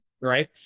right